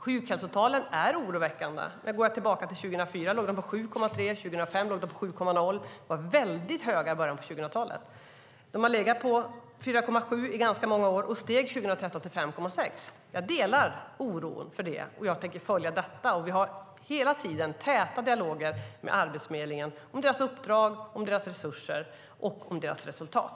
Sjukhälsotalen är oroväckande. Men går jag tillbaka till 2004 ser jag att det låg på 7,3, och 2005 låg det på 7,0. De var väldigt höga i början på 2000-talet. Det har legat på 4,7 i ganska många år och steg 2013 till 5,6. Jag delar oron över det. Jag tänker följa detta. Vi har hela tiden täta dialoger med Arbetsförmedlingen om deras uppdrag, deras resurser och deras resultat.